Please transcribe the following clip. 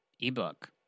ebook